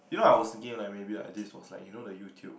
you know I was thinking like maybe like this was like the you know the YouTube